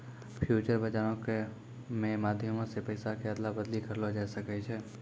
future बजारो के मे माध्यमो से पैसा के अदला बदली करलो जाय सकै छै